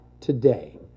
today